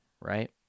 right